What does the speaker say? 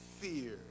fear